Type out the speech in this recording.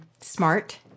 smart